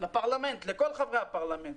לכל חברי הפרלמנט.